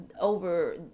over